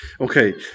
Okay